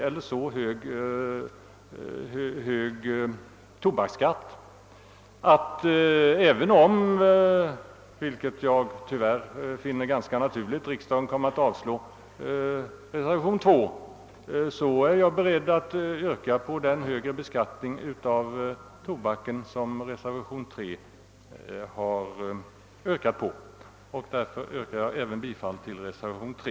även om riksdagen — vilket jag tyvärr finner ganska troligt — avslår reservationen 2, är jag beredd att yrka på den högre beskattning av tobaken som föreslås i reservationen 3. Jag yrkar därför bifall även till reservationen 3.